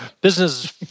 business